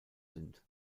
sind